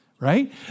right